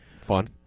Fun